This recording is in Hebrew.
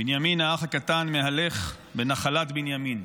בנימין האח הקטן מהלך בנחלת בנימין,